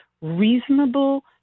reasonable